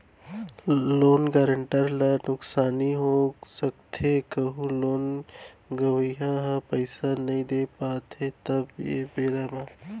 loan guarantor ल नुकसानी हो सकथे कहूँ लोन लेवइया ह पइसा नइ दे पात हे तब के बेरा म